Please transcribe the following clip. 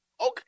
Okay